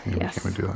yes